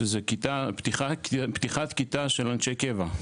זה פתיחת כיתה של אנשי קבע.